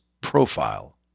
profile